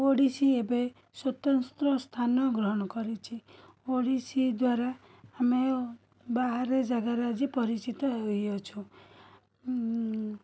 ଓଡ଼ିଶୀ ଏବେ ସ୍ୱତନ୍ତ୍ର ସ୍ଥାନ ଗ୍ରହଣ କରିଛି ଓଡ଼ିଶୀ ଦ୍ୱାରା ଆମେ ବାହାରେ ଜାଗାରେ ଆଜି ପରିଚିତ ହୋଇଅଛୁ